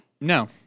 No